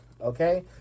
okay